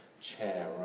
chair